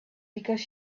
because